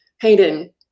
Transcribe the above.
hayden